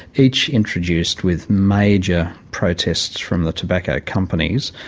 each introduced with major protests from the tobacco companies,